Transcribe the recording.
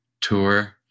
tour